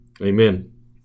Amen